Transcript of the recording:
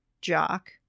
jock